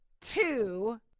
Two